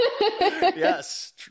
yes